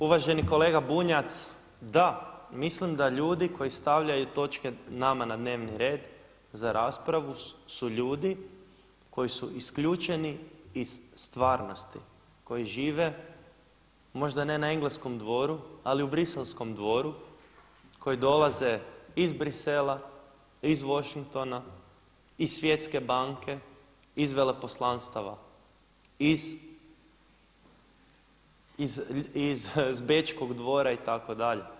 Uvaženi kolega Bunjac, da mislim da ljudi koji stavljaju točke nama na dnevni red za raspravu su ljudi koji su isključeni iz stvarnosti, koji žive možda ne na engleskom dvoru ali u bruxellskom dvoru, koji dolaze iz Bruxellesa, iz Washingtona, iz Svjetske banke, iz veleposlanstava, iz Bečkog dvora itd.